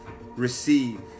receive